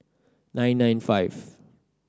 nine nine five